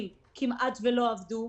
כמעט ולא עבדו.